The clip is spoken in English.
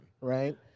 right